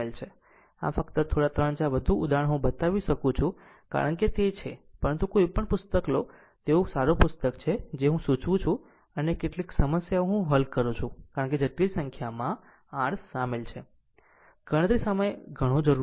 આમ ફક્ત થોડાં 3 4 વધુ ઉદાહરણો હું બતાવી શકું છું કારણ કે તે છે પરંતુ કોઈ પણ પુસ્તક લો તેવું કોઈ સારું પુસ્તક છે જે હું સૂચવું છું અને કેટલીક સમસ્યાઓ હલ કરું છું કારણ કે જટિલ સંખ્યામાં r શામેલ છે ગણતરી સમય ઘણો જરૂર છે